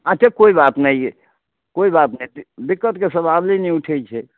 अच्छे कोइ बात नहि अइ कोइ बात नहि छै दिक्कतके सवाले नहि उठैत छै